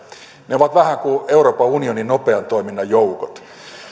ne ovat vähän kuin euroopan unionin nopean toiminnan joukot